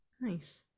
Nice